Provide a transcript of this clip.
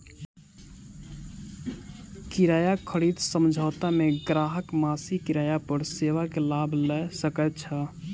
किराया खरीद समझौता मे ग्राहक मासिक किराया पर सेवा के लाभ लय सकैत छै